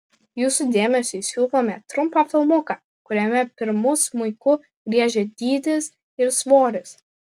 jūsų dėmesiui siūlome trumpą filmuką kuriame pirmu smuiku griežia dydis ir svoris